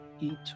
eat